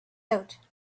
out